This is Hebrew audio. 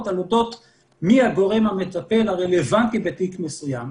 על אודות מי הגורם המטפל הרלוונטי בגוף מסוים.